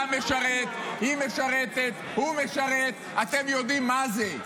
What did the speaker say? אתה משרת, היא משרתת, הוא משרת, אתם יודעים מה זה.